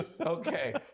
Okay